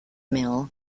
mill